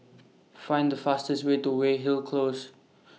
Find The fastest Way to Weyhill Close